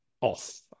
off